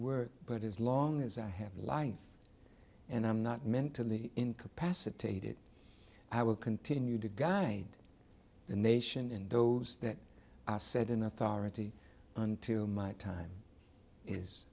work but as long as i have life and i'm not mentally incapacitated i will continue to guide the nation in those that are said in authority until my time is